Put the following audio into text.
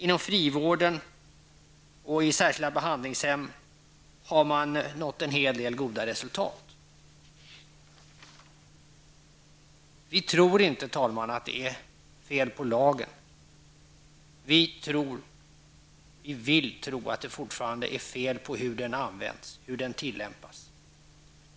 Inom frivården och inom särskilda behandlingshem har man nått en del goda resultat. Herr talman! Vi miljöpartister tror inte att det är fel på lagen utan på hur den tillämpas.